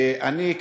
אני,